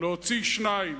להוציא שניים: